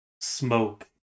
smoke